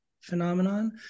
phenomenon